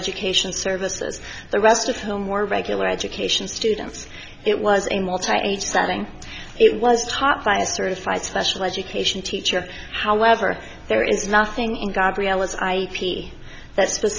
education services the rest of whom were regular education students it was in malta each sending it was taught by a certified special education teacher however there is nothing in gabriella's i p that